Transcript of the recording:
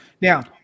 now